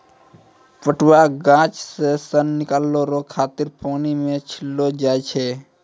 पटुआ गाछ से सन निकालै रो खातिर पानी मे छड़ैलो जाय छै